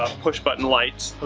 um push button lights,